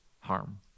harm